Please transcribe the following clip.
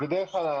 בדרך כלל,